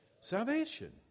Salvation